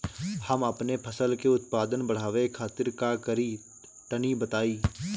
हम अपने फसल के उत्पादन बड़ावे खातिर का करी टनी बताई?